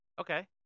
Okay